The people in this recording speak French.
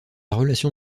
relation